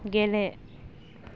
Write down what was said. गेले